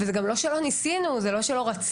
זה גם לא שלא ניסינו, זה לא שלא רצינו.